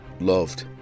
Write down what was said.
loved